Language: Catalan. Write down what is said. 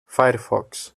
firefox